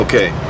Okay